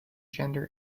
gender